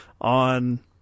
on